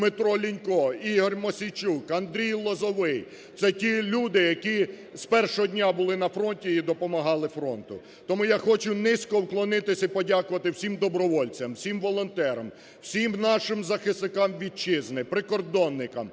Дмитро Лінько, Ігор Мосійчук, Андрій Лозовий – це ті люди, які з першого дня були на фронті і допомагали фронту. Тому я хочу низько вклонитись і подякувати всім добровольцям, всім волонтерам, всім нашим захисникам вітчизни, прикордонникам,